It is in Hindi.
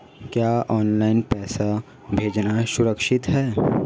क्या ऑनलाइन पैसे भेजना सुरक्षित है?